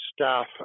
staff